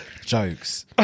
Jokes